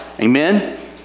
Amen